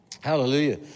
Hallelujah